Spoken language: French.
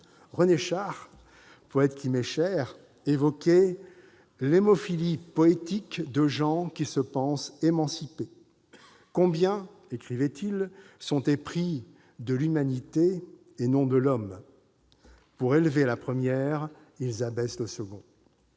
René Char, poète qui m'est cher, évoquait « l'hémophilie politique de gens qui se pensent émancipés. Combien sont épris de l'humanité et non de l'homme ! Pour élever la première, ils abaissent le second ».